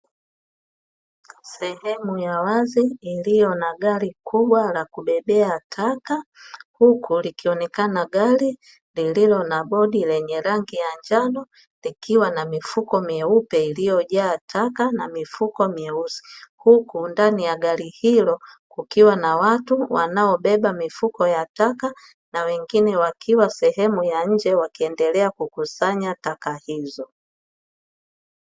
Sehemu ya wazi iliyo na gari kubwa la kubebea taka, huku likionekana gari lililo na bodi la rangi lenye rangi ya njano, likiwa na mifuko meupe iliyojaa taka na mifuko meusi, huku ndani ya gari hilo kukiwa na watu wanaobeba mifuko ya taka na wengine wakiwa sehemu ya nje, wakiendelea kukusanya taka hizo.